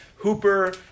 Hooper